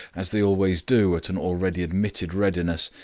as they always do at an already admitted readiness,